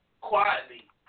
quietly